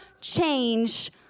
change